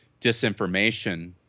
disinformation